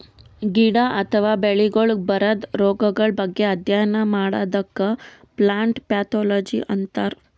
ಗಿಡ ಅಥವಾ ಬೆಳಿಗೊಳಿಗ್ ಬರದ್ ರೊಗಗಳ್ ಬಗ್ಗೆ ಅಧ್ಯಯನ್ ಮಾಡದಕ್ಕ್ ಪ್ಲಾಂಟ್ ಪ್ಯಾಥೊಲಜಿ ಅಂತರ್